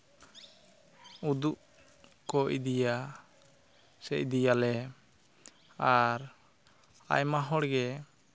ᱩᱫᱩᱜ ᱠᱚ ᱤᱫᱤᱭᱟ ᱥᱮ ᱤᱫᱤᱭᱟᱞᱮ ᱟᱨ ᱟᱭᱢᱟ ᱦᱚᱲᱜᱮ